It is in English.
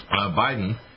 Biden